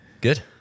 Good